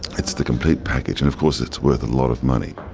it's the complete package and of course it's worth a lot of money.